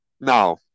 Now